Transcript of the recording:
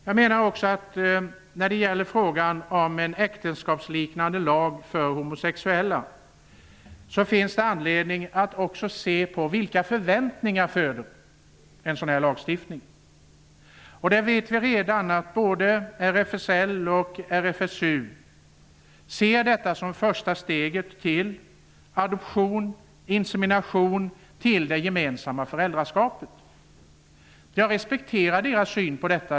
Jag menar också att det när det gäller frågan om en äktenskapsliknande lag för homosexuella finns anledning att se till vilka förväntningar en sådan lagstiftning föder. Vi vet redan att både RFSL och RFSU ser detta som första steget till adoption, insemination och gemensamt föräldraskap. Jag respekterar deras syn på detta.